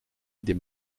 dem